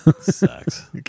Sucks